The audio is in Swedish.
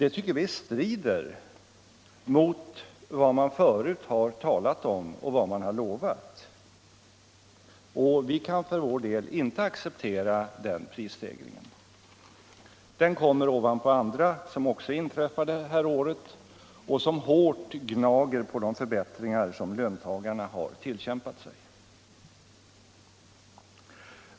Det tycker vi strider mot vad man förut har lovat. Vi kan för vår del inte acceptera den prisstegringen. Den kommer ovanpå andra som också inträffar detta år och som hårt gnager på de förbättringar som löntagarna har tillkämpat sig.